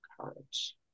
courage